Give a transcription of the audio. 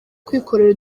kwikorera